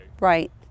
Right